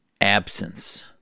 absence